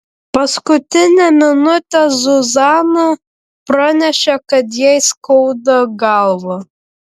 paskutinę minutę zuzana pranešė kad jai skauda galvą